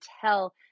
tell